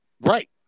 Right